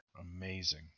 Amazing